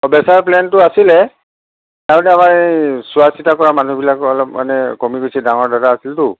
অ' বেচাৰ প্লেনটো আছিলে আৰু তাৰমানে চোৱা চিতা কৰা মানুহবিলাক অলপ মানে কমি গৈছে ডাঙৰ জাগা আছিলটো